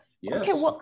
Yes